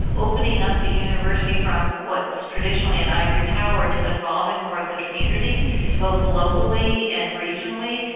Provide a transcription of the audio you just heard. opening up the university from what's traditionally an ivory tower to involving more of the community both locally and regionally,